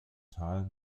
tal